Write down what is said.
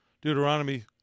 Deuteronomy